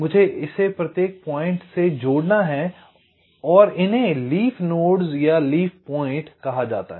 मुझे इसे प्रत्येक पॉइंट से जोड़ना है और इन्हें लीफ नोड्स या लीफ पॉइंट कहा जाता है